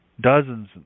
dozens